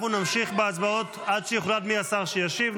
אנחנו נמשיך בהצבעות עד שיוחלט מי השר שישיב.